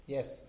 Yes